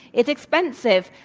it's expensive.